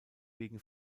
wegen